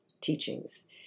teachings